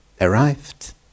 arrived